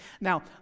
Now